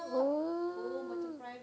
oo